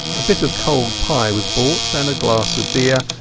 a bit of cold pie was brought and a glass of beer,